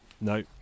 No